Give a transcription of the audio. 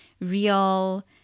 real